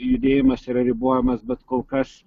judėjimas yra ribojamas bet kol kas